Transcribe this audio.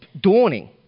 dawning